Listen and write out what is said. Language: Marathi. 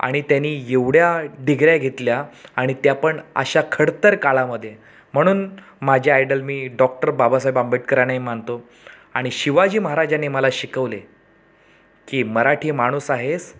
आणि त्यानी एवढ्या डिग्ऱ्या घेतल्या आणि त्यापण अशा खडतर काळामध्ये म्हणून माझे आयडल मी डॉक्टर बाबासाहेब आंबेडकरांनाही मानतो आणि शिवाजी महाराजांनी मला शिकवले की मराठी माणूस आहेस